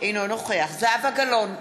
אינו נוכח זהבה גלאון,